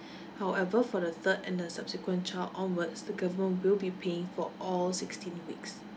however for the third and the subsequent child onwards the government will be paying for all sixteen weeks